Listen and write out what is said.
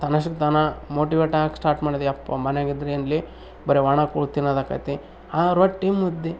ತನ್ನಷ್ಟಕ್ಕೆ ತಾನೆ ಮೋಟಿವೇಟ್ ಆಗೋಕ್ಕೆ ಸ್ಟಾರ್ಟ್ ಮಾಡಿದೆ ಅಪ್ಪ ಮನೆಲಿದ್ರೆಯೇ ಬರೀ ಒಣ ಕೂಳು ತಿನ್ನೋದು ಆಕೈತಿ ಆ ರೊಟ್ಟಿ ಮುದ್ದೆ